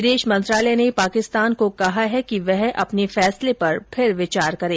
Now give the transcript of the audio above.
विदेश मंत्रालय ने पाकिस्तान को कहा है कि वह अपने फैसले पर फिर विचार करे